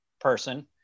person